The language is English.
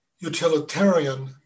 utilitarian